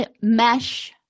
mesh